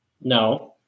No